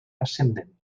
ascendent